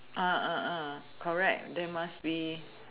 correct there must be